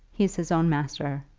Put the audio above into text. he's his own master.